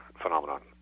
phenomenon